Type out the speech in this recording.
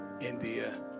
India